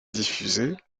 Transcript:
diffuser